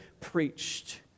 preached